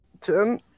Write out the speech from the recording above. Ten